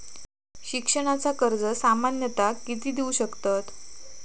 शिक्षणाचा कर्ज सामन्यता किती देऊ शकतत?